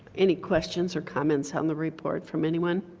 any questions or comments on the report from anyone?